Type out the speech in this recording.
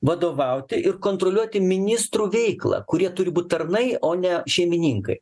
vadovauti ir kontroliuoti ministrų veiklą kurie turi būt tarnai o ne šeimininkai